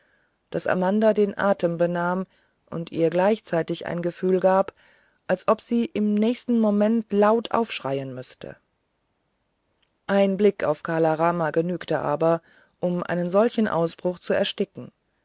das amanda den atem benahm und ihr gleichzeitig ein gefühl gab als ob sie im nächsten moment laut aufschreien müßte ein blick auf kala rama genügte aber um einen solchen ausbruch zu ersticken